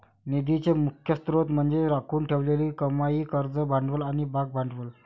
निधीचे मुख्य स्त्रोत म्हणजे राखून ठेवलेली कमाई, कर्ज भांडवल आणि भागभांडवल